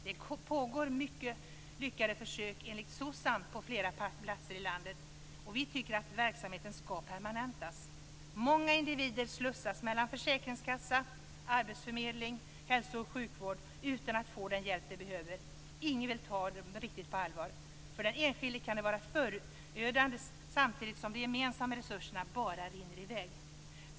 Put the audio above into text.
Det pågår mycket lyckade försök enligt SOCSAM på flera platser i landet, och vi tycker att verksamheten ska permanentas. Många individer slussas mellan försäkringskassa, arbetsförmedling och hälso och sjukvård utan att få den hjälp de behöver. Ingen tar dem riktigt på allvar. För den enskilde kan det vara förödande, samtidigt som de gemensamma resurserna bara rinner iväg.